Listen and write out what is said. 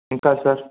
ఇంకా సార్